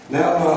Now